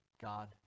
God